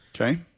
Okay